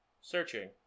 Searching